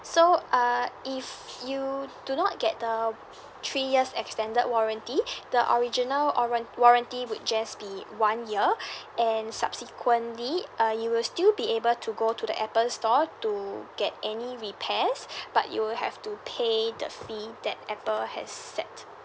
so uh if you do not get the three years extended warranty the original warran~ warranty would just be one year and subsequently uh you will still be able to go to the apple store to get any repairs but you will have to pay the fee that apple has set